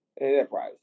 enterprise